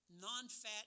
non-fat